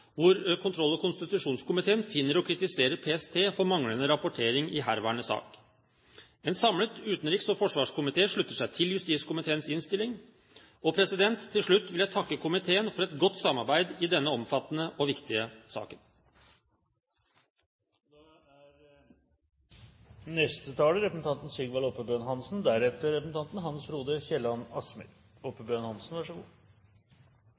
hvor kontroll- og konstitusjonskomiteen finner å kritisere PST for manglende rapportering i herværende sak. En samlet utenriks- og forsvarkomité slutter seg til justiskomiteens innstilling. Til slutt vil jeg takke komiteen for et godt samarbeid i denne omfattende og viktige saken. Da